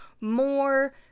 more